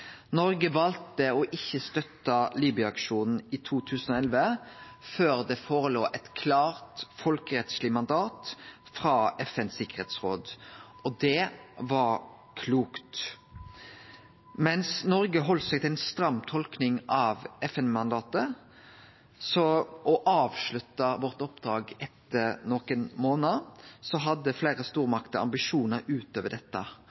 Noreg valde ikkje å støtte Libya-aksjonen i 2011 før det låg føre eit klart folkerettsleg mandat frå FNs tryggingsråd. Det var klokt. Mens Noreg heldt seg til ei stram tolking av FN-mandatet og avslutta oppdraget sitt etter nokre månader, hadde fleire stormakter ambisjonar utover dette.